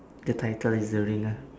the title is the ringer